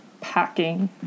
packing